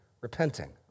repenting